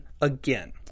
again